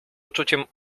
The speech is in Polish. uczuciem